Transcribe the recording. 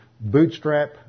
bootstrap